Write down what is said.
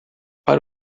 para